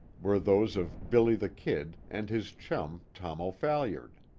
were those of billy the kid and his chum, tom o'phalliard.